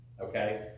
okay